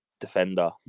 defender